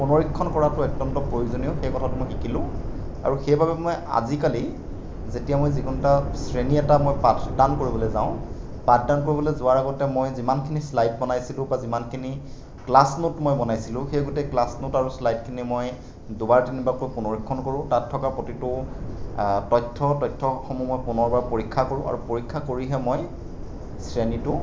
পুনৰীক্ষণ কৰাটো অত্যন্ত প্ৰয়োজনীয় সেই কথাটো মই শিকিলোঁ আৰু সেইবাবে মই আজিকালি যেতিয়া মই যিকোনো এটা শ্ৰেণী এটা মই পাঠদান কৰিবলৈ যাওঁ পাঠদান কৰিবলৈ যোৱাৰ আগতে মই যিমানখিনি শ্লাইড বনাইছিলোঁ বা যিমানখিনি ক্লাছ নোট মই বনাইছিলোঁ সেই গোটেই ক্লাছ নোট আৰু শ্লাইডখিনি মই দুবাৰ তিনিবাৰকৈ পুনৰীক্ষণ কৰোঁ তাত থকা প্ৰতিটো তথ্য তথ্য়সমূহৰ পুনৰবাৰ পৰীক্ষা কৰোঁ আৰু পৰীক্ষা কৰিহে মই শ্ৰেণীটো